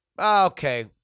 Okay